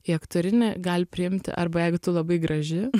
į aktorinį gali priimti arba jeigu tu labai graži